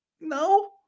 no